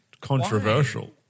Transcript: Controversial